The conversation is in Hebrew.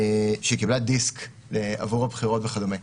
שהיא קיבלה דיסק עבור הבחירות וכדומה.